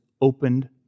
opened